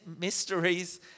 mysteries